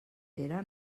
pere